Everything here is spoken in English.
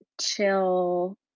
chill